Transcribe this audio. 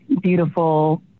beautiful